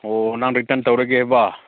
ꯑꯣ ꯅꯪ ꯔꯤꯇꯔꯟ ꯇꯧꯔꯒꯦ ꯍꯥꯏꯕ